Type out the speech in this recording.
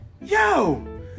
yo